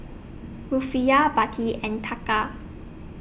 Rufiyaa Baht and Taka